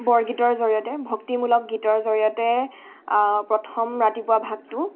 বৰগীতৰ জৰিয়তে ভক্তিমূলক গীতৰ জৰিয়তে প্ৰথম ৰাতিপুৱা ভাগটো